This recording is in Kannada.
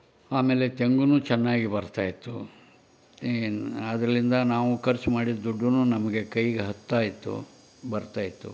ಆಮೇಲೆ ತೆಂಗೂ ಚೆನ್ನಾಗಿ ಬರ್ತಾಯಿತ್ತು ಇ ಅದರಲ್ಲಿಂದ ನಾವು ಖರ್ಚು ಮಾಡಿದ ದುಡ್ಡೂ ನಮಗೆ ಕೈಗೆ ಹತ್ತಾಯಿತ್ತು ಬರ್ತಾಯಿತ್ತು